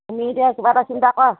তুমি এতিয়া কিবা এটা চিন্তা কৰা